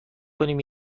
کنیم